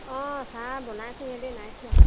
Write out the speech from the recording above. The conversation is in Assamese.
অঁ চাহ বনাইছোঁ ইহঁতে নাই খোৱা